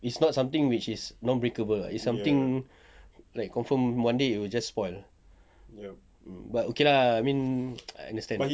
it's not something which is non-breakable [what] it's something like confirm one day it will just spoil but okay lah I mean I understand